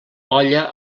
olla